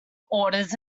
orders